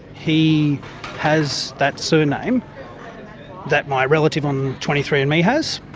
he has that surname that my relative on twenty three andme has.